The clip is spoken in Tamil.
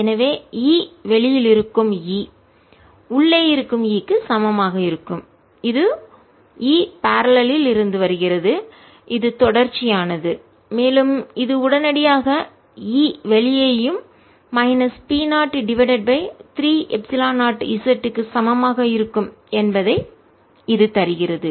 எனவே E வெளியில் இருக்கும் E உள்ளே இருக்கும் E க்கு சமமாக இருக்கும் இது E பாராலால் இல் இணையிலிருந்து இருந்து வருகிறது இது தொடர்ச்சியானது மேலும் இது உடனடியாக E வெளியேயும் minus p 0 divided by 3 epsilon 0 z க்கு சமமாக இருக்கும் என்பதை இது தருகிறது